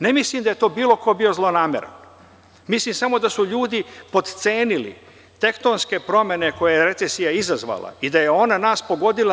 Ne mislim da je tu bilo ko bio zlonameran, mislim samo da su ljudi potcenili tektonske promene koje je recesija izazvala i da je ona nas pogodila.